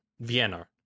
vienna